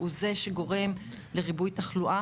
הוא זה שגורם לריבוי תחלואה